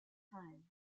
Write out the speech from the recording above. time